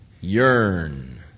yearn